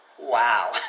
Wow